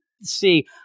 see